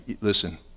listen